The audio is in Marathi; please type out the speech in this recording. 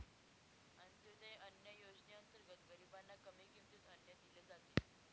अंत्योदय अन्न योजनेअंतर्गत गरीबांना कमी किमतीत अन्न दिले जाते